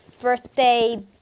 birthday